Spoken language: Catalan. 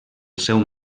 seu